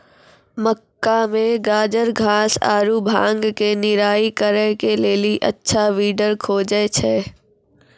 मक्का मे गाजरघास आरु भांग के निराई करे के लेली अच्छा वीडर खोजे छैय?